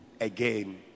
Again